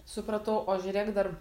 supratau o žiūrėk dar